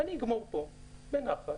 אני אסיים פה, בנחת,